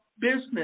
business